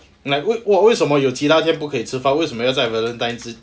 like 为为什么有其他天不可以吃饭为什么要在 valentine